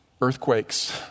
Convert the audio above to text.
earthquakes